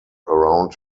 around